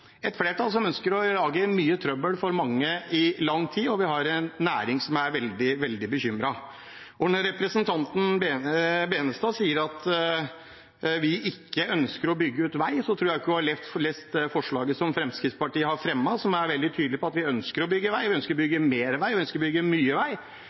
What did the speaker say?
et flertall som ønsker å lage mye trøbbel for mange i lang tid, og vi har en næring som er veldig, veldig bekymret. Når representanten Tveiten Benestad sier at vi ikke ønsker å bygge ut vei, tror jeg ikke hun har lest forslaget som Fremskrittspartiet har fremmet, der vi er veldig tydelig på at vi ønsker å bygge vei, vi ønsker å bygge mer vei,